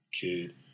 kid